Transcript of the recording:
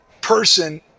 person